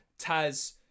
taz